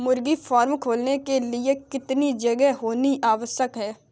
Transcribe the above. मुर्गी फार्म खोलने के लिए कितनी जगह होनी आवश्यक है?